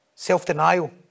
self-denial